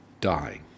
dying